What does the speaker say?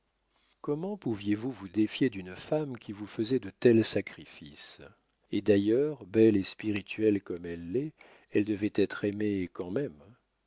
comment pouviez-vous vous défier d'une femme qui vous faisait de tels sacrifices et d'ailleurs belle et spirituelle comme elle l'est elle devait être aimée quand même